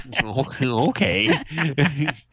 Okay